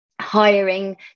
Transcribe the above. Hiring